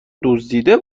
دزدیده